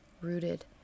rooted